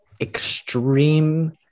extreme